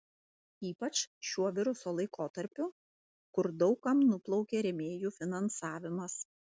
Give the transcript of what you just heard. ypač šiuo viruso laikotarpiu kur daug kam nuplaukė rėmėjų finansavimas